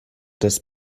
das